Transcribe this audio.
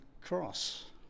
cross